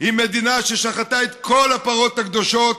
היא מדינה ששחטה את כל הפרות הקדושות